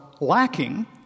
lacking